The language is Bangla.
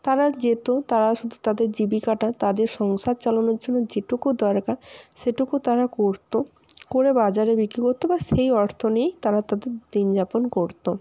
তারা যেত তারা শুধু তাদের জীবিকাটা তাদের সংসার চালানোর জন্য যেটুকু দরকার সেটুকু তারা করতো করে বাজার বিক্রি করতো বা সেই অর্থ নিয়েই তারা তাদের দিনযাপন করতো